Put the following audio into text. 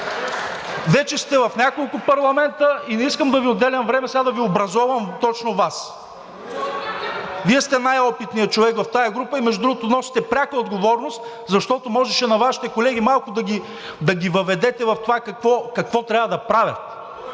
Вече сте в няколко парламента и не искам да Ви отделям време сега да ви образовам точно Вас. Вие сте най-опитният човек в тази група и между другото носите пряка отговорност, защото можеше Вашите колеги малко да ги въведете в това какво трябва да правят.